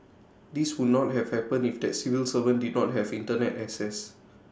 this would not have happened if that civil servant did not have Internet access